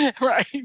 right